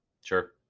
Sure